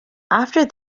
after